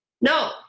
no